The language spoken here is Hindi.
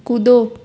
कूदो